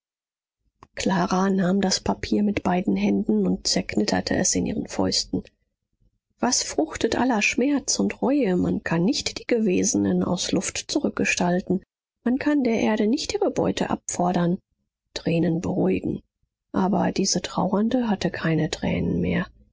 clara nahm das papier mit beiden händen und zerknitterte es in ihren fäusten was fruchtet aller schmerz und reue man kann nicht die gewesenen aus luft zurückgestalten man kann der erde nicht ihre beute abfordern tränen beruhigen aber diese trauernde hatte keine tränen mehr